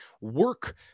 work